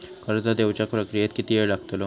कर्ज देवच्या प्रक्रियेत किती येळ लागतलो?